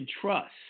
trust